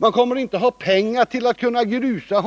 Man kommer inte att ha pengar till att grusa